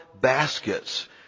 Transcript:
baskets